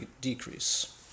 decrease